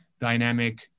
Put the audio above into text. dynamic